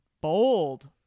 bold